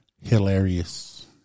Hilarious